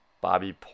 Bobby